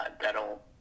that'll